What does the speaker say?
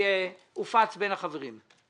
הפנייה הופצה בין החברים.